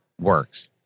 works